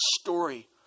story